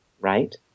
right